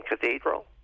Cathedral